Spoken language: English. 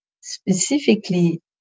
specifically